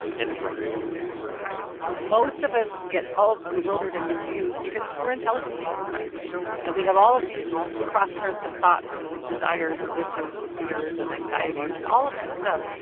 and write them down most of us get all bewildered and confused because we're intelligent beings frankly and we have all of these crosscurrents of thoughts and desires and wishes and fears and anxieties and all of that stuff.